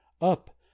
up